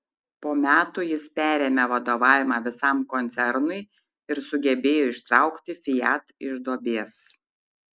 po metų jis perėmė vadovavimą visam koncernui ir sugebėjo ištraukti fiat iš duobės